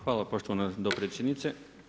Hvala poštovana dopredsjednice.